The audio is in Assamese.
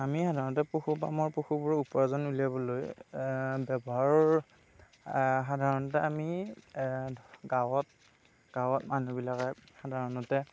আমি সাধাৰণতে পশুপামৰ পশুবোৰৰ উপাৰ্জন উলিয়াবলৈ ব্যৱহাৰ সাধাৰণতে আমি ধ গাঁৱত গাঁৱত মানুহবিলাকে সাধাৰণতে